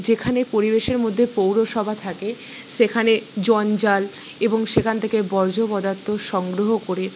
যেখানে পরিবেশের মধ্যে পৌরসভা থাকে সেখানে জঞ্জাল এবং সেখান থেকে বর্জ্য পদার্থ সংগ্রহ করে